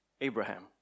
Abraham